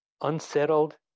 unsettled